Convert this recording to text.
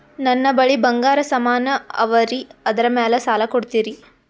ನನ್ನ ಬಳಿ ಬಂಗಾರ ಸಾಮಾನ ಅವರಿ ಅದರ ಮ್ಯಾಲ ಸಾಲ ಕೊಡ್ತೀರಿ?